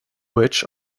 which